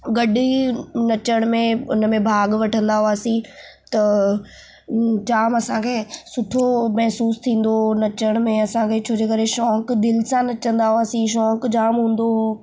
गॾु ई नचण में उन में भाॻु वठंदा हुआसीं त जामु असांखे सुठो महिसूसु थींदो हो नचण में असांखे छो जे करे शौंक़ु दिलि सां नचंदा हुआसीं शौंक़ु जामु हूंदो हुओ